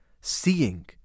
seeing